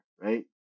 right